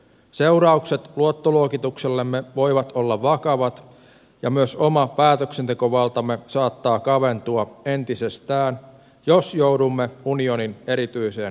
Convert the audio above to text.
seuraukset luottoluokituksellemme voivat olla vakavat ja myös oma päätöksentekovaltamme saattaa kaventua entisestään jos joudumme unionin erityiseen ohjaukseen